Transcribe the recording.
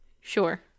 Sure